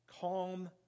calm